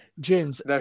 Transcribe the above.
James